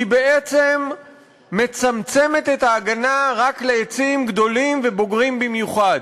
היא בעצם מצמצמת את ההגנה רק לעצים גדולים ובוגרים במיוחד.